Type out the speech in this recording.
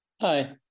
Hi